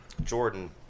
Jordan